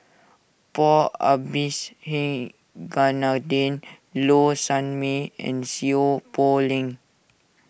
Paul Abisheganaden Low Sanmay and Seow Poh Leng